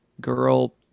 girl